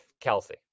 Kelsey